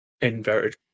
inverted